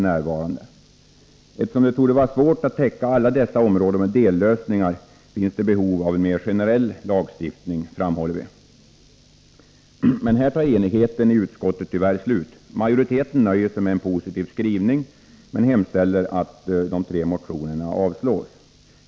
Vi framhåller att det, eftersom det torde vara svårt att täcka alla dessa områden med dellösningar, finns behov av en mer generell lagstiftning. Men här tar enigheten i utskottet tyvärr slut. Majoriteten nöjer sig med en positiv skrivning och hemställer att de tre motionerna avslås.